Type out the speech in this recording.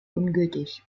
ungültig